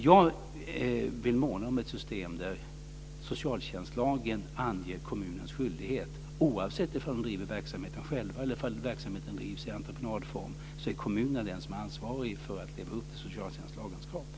Jag vill måna om ett system där socialtjänstlagen anger kommunens skyldighet. Oavsett ifall kommunen driver verksamheten själv eller ifall verksamheten drivs i entreprenadform är kommunen den som är ansvarig för att leva upp till socialtjänstlagens krav.